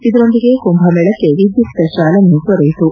ಇದರೊಂದಿಗೆ ಕುಂಭಮೇಳಕ್ಕೆ ವಿದ್ಲುಕ್ತ ಚಾಲನೆ ದೊರೆಯಿತು